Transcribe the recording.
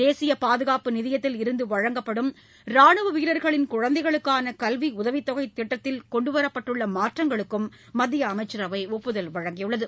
தேசிய பாதுகாப்பு நிதியத்தில் இருந்து வழங்கப்படும் ரானுவ வீரர்களின் குழந்தைகளுக்கான கல்வி உதவித்தொகை திட்டத்தில் கொண்டு வரப்பட்டுள்ள மாற்றங்களுக்கும் மத்திய அமைச்சரவை ஒப்புதல் வழங்கியது